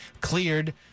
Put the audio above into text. cleared